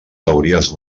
teories